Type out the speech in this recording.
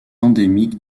endémique